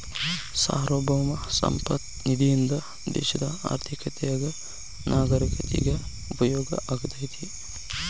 ಸಾರ್ವಭೌಮ ಸಂಪತ್ತ ನಿಧಿಯಿಂದ ದೇಶದ ಆರ್ಥಿಕತೆಗ ನಾಗರೇಕರಿಗ ಉಪಯೋಗ ಆಗತೈತಿ